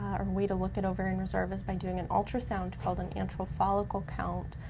or way to look at ovarian reserve is by doing an ultrasound called an antral follicle count.